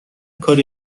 کاری